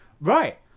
right